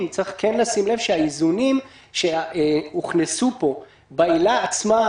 צריך לשים לב שהאיזונים שהוכנסו פה בעילה עצמה,